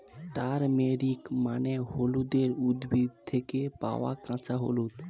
turmeric মানে হলুদের উদ্ভিদ থেকে পাওয়া কাঁচা হলুদ